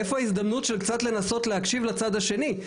איפה ההזדמנות של הצד השני וקצת לנסות להקשיב לצד השני?